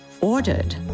ordered